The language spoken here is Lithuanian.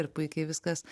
ir puikiai viskas